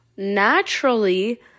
naturally